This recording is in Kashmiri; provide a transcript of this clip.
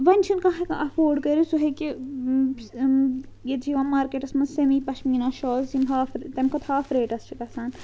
ؤنۍ چھُنہٕ کانٛہہ ہیٚکان اَفٲڈ کٔرِتھ سُہ ہیٚکہِ ییٚتہِ چھِ یِوان مارکیٹَس منٛز سیٚمی پَشمیٖنا شالٕز یِم ہاف تمہِ کھۄتہٕ ہاف ریٹَس چھِ گَژھان